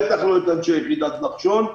בטח לא את אנשי יחידת נחשון.